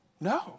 No